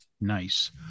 Nice